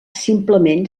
simplement